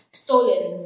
stolen